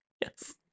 Yes